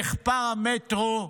נחפר המטרו,